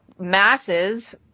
masses